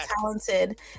talented